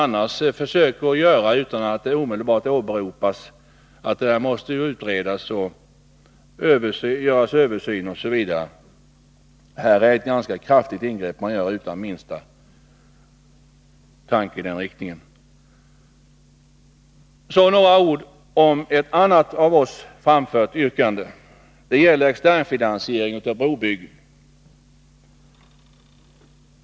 Annars behöver det ju inte röra sig om så särskilt stora ingrepp förrän man omedelbart åberopar t.ex. en utredning eller översyn. Så några ord om ett annat av oss framfört yrkande. Det gäller externfinansiering av brobyggen.